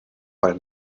weil